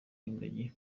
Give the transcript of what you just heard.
ingagi